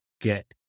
get